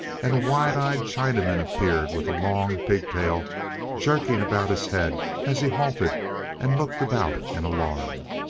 and a wide-eyed chinaman appeared with a long pigtail jerking about his head as he halted and looked about in alarm.